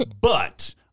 but-